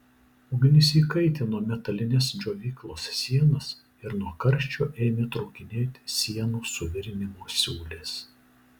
ugnis įkaitino metalines džiovyklos sienas ir nuo karščio ėmė trūkinėti sienų suvirinimo siūlės